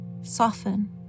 soften